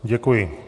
Děkuji.